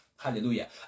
Hallelujah